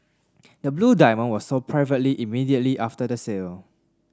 the blue diamond was sold privately immediately after the sale